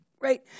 Right